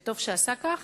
וטוב שעשה כך.